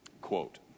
quote